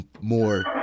more